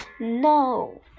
No